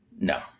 no